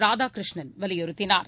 ராதாகிருஷ்ணன் வலியுறுத்தினார்